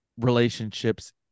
relationships